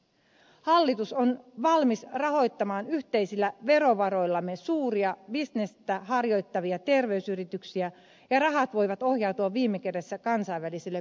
hallitus on valmis rahoittamaan yhteisillä verovaroillamme suuria bisnestä harjoittavia terveysyrityksiä ja rahat voivat ohjautua viime kädessä kansainvälisille pörssiyhtiöille